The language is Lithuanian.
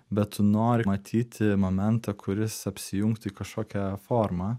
bet tu nori matyti momentą kuris apsijungtų į kažkokią formą